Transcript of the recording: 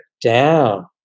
down